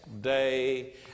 day